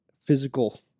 physical